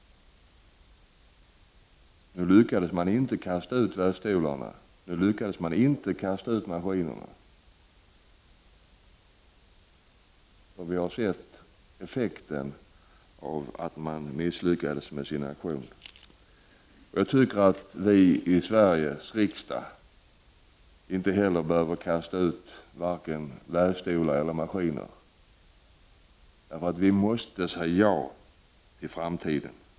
Nu lyckades man inte kasta ut vävstolarna och de andra maskinerna. Vi har sett effekten av att man misslyckades med sin aktion. Jag tycker att vi i Sveriges riksdag inte heller behöver kasta ut vare sig vävstolar eller maskiner, så att säga. Vi måste säga ja till framtiden.